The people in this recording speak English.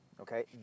Okay